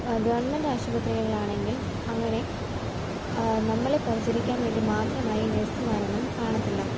government ആശുപത്രികളിൽ ആണെങ്കിൽ അങ്ങനെ നമ്മളെ പരിചരിക്കാൻ വേണ്ടി മാത്രമായി നെഴ്സ്സുമാരൊന്നും കാണത്തില്ല